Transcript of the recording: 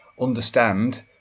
understand